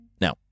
Now